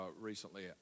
recently